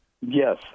yes